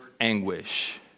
anguish